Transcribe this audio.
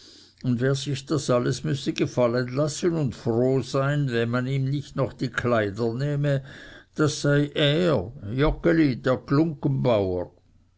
und wer sich das alles müsse gefallen lassen und froh sein wenn man ihm nicht noch die kleider nehme das sei er joggeli der glunggenbauer